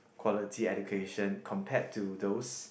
quality education compared to those